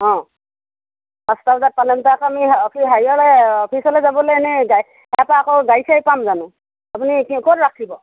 অ পাঁচটা বজাত পালে তেন্তে আকৌ আমি হেৰিয়লে অফিচলৈ যাবলৈ এনে গাড়ী তাৰপৰা আকৌ গাড়ী চাড়ী পাম জানো আপুনি ক'ত ৰাখিব